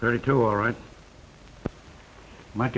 thirty two all right m